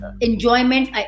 enjoyment